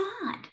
God